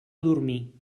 dormir